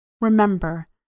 Remember